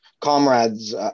comrades